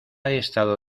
estado